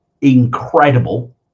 incredible